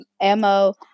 ammo